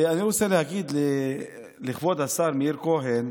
אני רוצה להגיד לכבוד השר מאיר כהן,